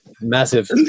massive